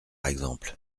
exemple